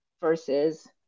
versus